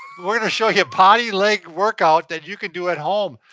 we're gonna show you a body leg workout that you could do at home.